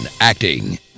acting